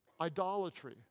idolatry